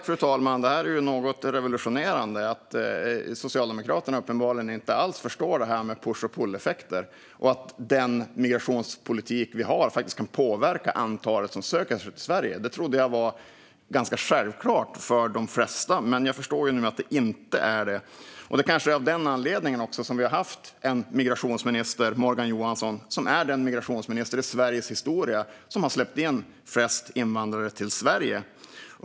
Fru talman! Det här är något revolutionerande. Att den migrationspolitik vi har faktiskt kan påverka antalet som söker sig till Sverige trodde jag var ganska självklart för de flesta. Men jag förstår nu att Socialdemokraterna inte alls förstår det här med push och pulleffekter. Då kanske det är av den anledningen som migrationsminister Morgan Johansson är den migrationsminister i Sveriges historia som har släppt in flest invandrare till Sverige.